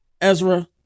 Ezra